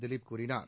திலீப் கூறினார்